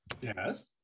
Yes